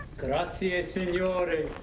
gratzi ah signore.